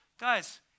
guys